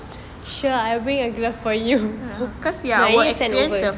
because sia the our experience of